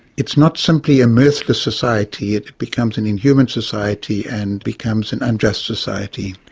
it's not simply a mirthless society, it becomes an inhuman society and becomes an unjust society.